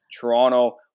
Toronto